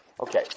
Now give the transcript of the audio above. Okay